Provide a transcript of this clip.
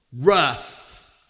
rough